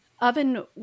oven